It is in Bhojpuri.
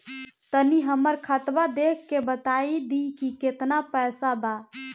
तनी हमर खतबा देख के बता दी की केतना पैसा बा?